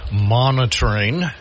monitoring